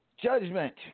Judgment